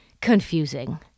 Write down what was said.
confusing